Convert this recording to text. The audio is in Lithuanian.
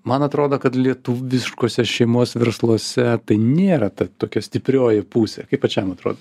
man atrodo kad lietuviškuose šeimos versluose tai nėra ta tokia stiprioji pusė kaip pačiam atrodo